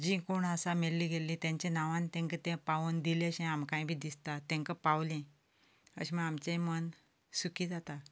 जी कोण आसा मेल्ली गेल्ली तांच्या नांवान तांकां ते पावोवन दिलेशें आमकांय बी दिसतां तांकां पावलें अशें म्हण आमचेय मन सूखी जाता